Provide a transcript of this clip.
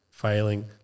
failing